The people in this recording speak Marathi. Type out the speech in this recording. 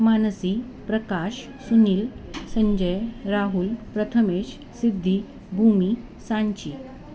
मानसी प्रकाश सुनील संजय राहुल प्रथमेश सिद्धी भूमी सांची